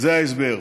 זה ההסבר.